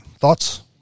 Thoughts